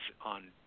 on